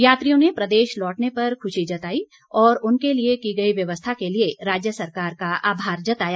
यात्रियों ने प्रदेश लौटने पर खुशी जताई और उनके लिए की गई व्यवस्था के लिए राज्य सरकार का आभार जताया